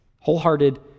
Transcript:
Wholehearted